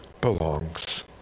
belongs